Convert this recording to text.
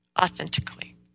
authentically